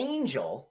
Angel